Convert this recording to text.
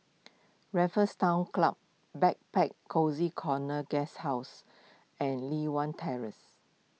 Raffles Town Club Backpacker Cozy Corner Guesthouse and Li Hwan Terrace